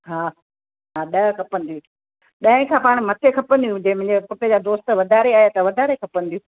हा ॾह खपंदियूं ॾहें खां पाण मथे खपंदियूं जे मुंहिंजे पुट जा दोस्त वधारे आया त वधारे खपंदियूं